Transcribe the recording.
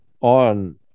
on